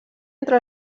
entre